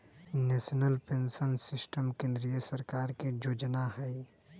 national pension system केंद्रीय सरकार के जोजना हइ